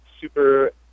super